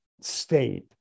state